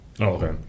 okay